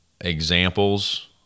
examples